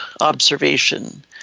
observation